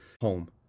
home